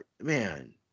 man